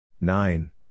Nine